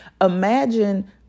imagine